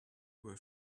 were